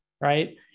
right